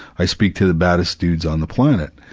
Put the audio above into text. i speak to the baddest dudes on the planet.